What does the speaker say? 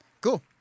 Cool